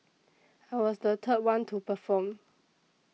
I was the third one to perform